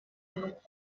внук